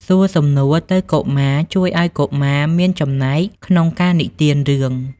សួរសំណួរទៅកុមារ ជួយឱ្យកុមារមានចំណែកក្នុងការនិទានរឿង។